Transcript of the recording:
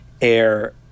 air